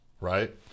right